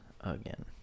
again